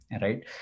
right